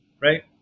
Right